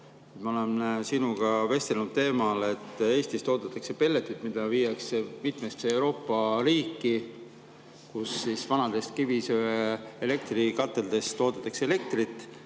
Me oleme sinuga vestelnud teemal, et Eestis toodetakse pelleteid, mida viiakse mitmesse Euroopa riiki, kus vanades kivisöekateldes toodetakse elektrit.